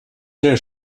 der